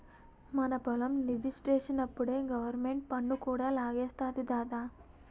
మన పొలం రిజిస్ట్రేషనప్పుడే గవరమెంటు పన్ను కూడా లాగేస్తాది దద్దా